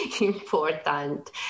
important